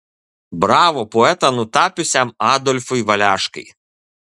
bravo poetą nutapiusiam adolfui valeškai